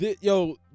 Yo